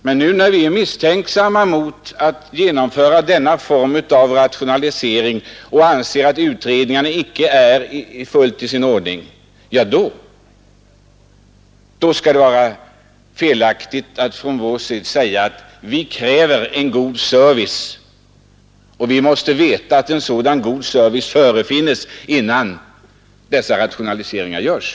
Men nu när vi är misstänksamma mot att genomföra denna form av rationalisering och anser att utredningarna inte är fullt i sin ordning, då skulle det vara felaktigt från vår sida att säga att vi kräver en god service och att vi måste veta att sådan god service förefinnes innan dessa rationaliseringar görs.